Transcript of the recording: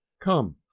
come